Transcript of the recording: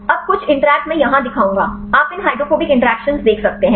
अब कुछ इंटरैक्ट मैं यहाँ दिखाऊंगा आप इन हाइड्रोफोबिक इंटरैक्शन देख सकते हैं